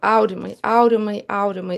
aurimai aurimai aurimai